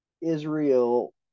Israel